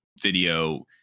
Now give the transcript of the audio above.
video